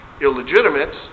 illegitimate